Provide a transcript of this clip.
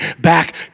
back